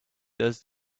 does